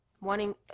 Wanting